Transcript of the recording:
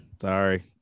Sorry